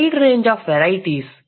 white range of varieties